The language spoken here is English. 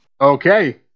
Okay